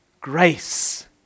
grace